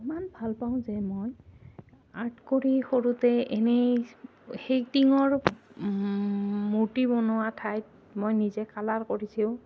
ইমান ভাল পাওঁ যে মই আৰ্ট কৰি সৰুতে এনেই সেইটিঙৰ মূৰ্তি বনোৱা ঠাইত মই নিজে কালাৰ কৰিছোঁ